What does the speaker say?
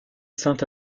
saint